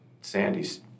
Sandy's